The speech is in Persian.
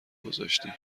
گذاشتی